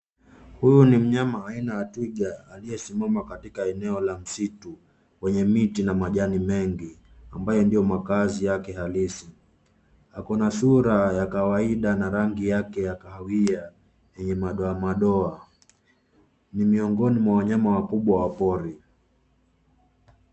Huyu ni mnyama aina ya twiga aliyesimama katika eneo la msitu wenye miti na majani mengi ambayo ndiyo makazi yake halisi. Ako na sura ya kawaida na rangi yake ya kahawia yenye madoa madoa. Ni miongoni mwa wanyama wakubwa wa pori.